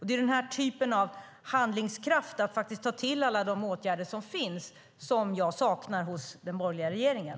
Det är den här typen av handlingskraft, att ta till alla de åtgärder som finns, som jag saknar hos den borgerliga regeringen.